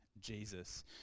Jesus